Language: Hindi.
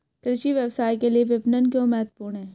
कृषि व्यवसाय के लिए विपणन क्यों महत्वपूर्ण है?